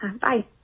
Bye